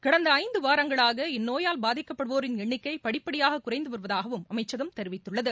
கடந்த ஐந்து வாரங்களாக இந்நோயால் பாதிக்கப்படுவோரின் எண்ணிக்கையும் படிப்படியாக குறைந்து வருவதாகவும் அமைச்சகம் தெரிவித்துள்ளது